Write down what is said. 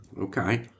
Okay